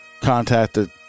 contacted